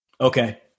okay